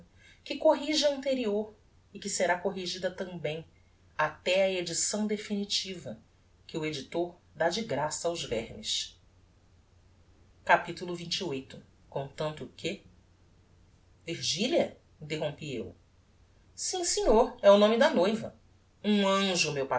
que corrige a anterior e que será corrigida tambem até a edição definitiva que o editor dá de graça aos vermes capitulo xxviii contanto que virgilia interrompi eu sim senhor é o nome da noiva um anjo meu